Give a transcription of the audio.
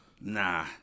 Nah